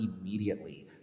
immediately